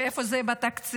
ואיפה זה בתקציב?